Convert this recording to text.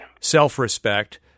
self-respect